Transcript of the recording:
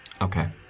Okay